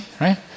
right